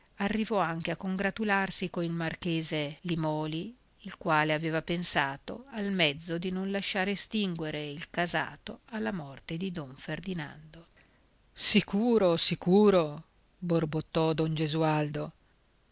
arrivò anche a congratularsi col marchese limòli il quale aveva pensato al mezzo di non lasciare estinguere il casato alla morte di don ferdinando sicuro sicuro borbottò don gesualdo